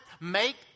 make